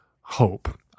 hope